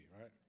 right